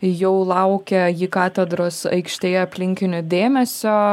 jau laukia ji katedros aikštėje aplinkinių dėmesio